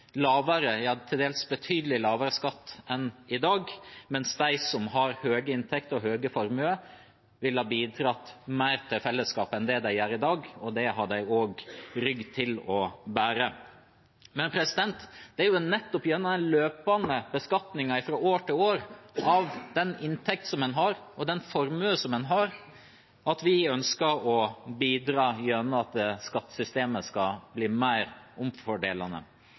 til dels betydelig lavere skatt enn i dag, mens de som har høye inntekter og store formuer, ville ha bidratt mer til fellesskapet enn det de gjør i dag. Det har de også rygg til å bære. Det er nettopp gjennom den løpende beskatningen fra år til år av den inntekten man har, og av den formuen man har, vi ønsker å bidra gjennom at skattesystemet skal bli mer omfordelende.